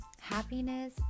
happiness